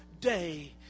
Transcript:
day